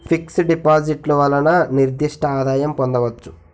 fix డిపాజిట్లు వలన నిర్దిష్ట ఆదాయం పొందవచ్చు